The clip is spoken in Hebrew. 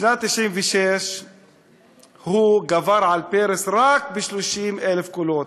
בשנת 1996 הוא גבר על פרס רק ב-30,000 קולות.